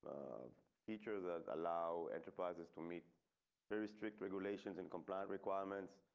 features that allow enterprises to meet very strict regulations and compliance requirements.